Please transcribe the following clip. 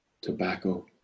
tobacco